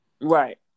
Right